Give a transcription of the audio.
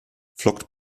flockt